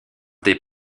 des